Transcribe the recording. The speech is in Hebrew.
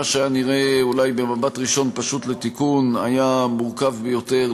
מה שנראה אולי במבט ראשון פשוט לתיקון היה מורכב ביותר,